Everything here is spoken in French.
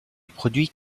produit